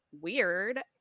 weird